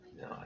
No